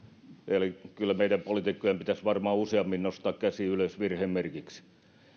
eli kyllä meidän poliitikkojen pitäisi varmaan useammin nostaa käsi ylös virheen merkiksi